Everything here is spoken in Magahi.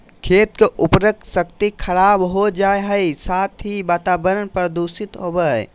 खेत के उर्वरा शक्ति खराब हो जा हइ, साथ ही वातावरण प्रदूषित होबो हइ